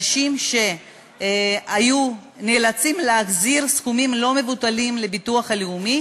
נשים שנאלצו להחזיר סכומים לא מבוטלים לביטוח הלאומי